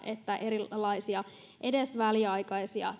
että erilaisia edes väliaikaisia